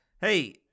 hey